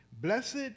blessed